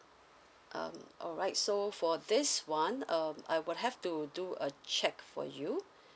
uh alright so for this one um I will have to do a check for you